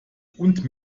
und